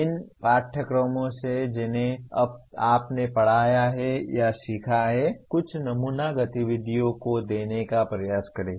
उन पाठ्यक्रमों से जिन्हें आपने पढ़ाया है या सीखा है कुछ नमूना गतिविधियों को देने का प्रयास करें